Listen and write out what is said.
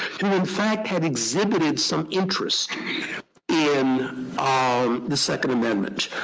in in fact, had exhibited some interest in um the second amendment.